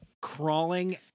Crawling